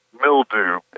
Mildew